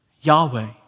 Yahweh